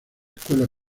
escuela